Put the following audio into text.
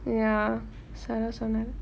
ya sara சொன்னான் sonnaan